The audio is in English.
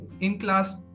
in-class